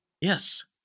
Yes